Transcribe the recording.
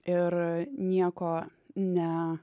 ir nieko ne